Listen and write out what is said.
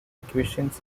equations